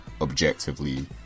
objectively